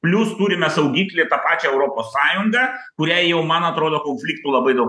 plius turime saugiklį tą pačią europos sąjungą kuriai jau man atrodo konfliktų labai daug